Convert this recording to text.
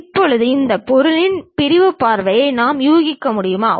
இப்போது இந்த பொருளின் பிரிவு பார்வைகளை நாம் யூகிக்க முடியுமா